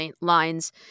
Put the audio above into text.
lines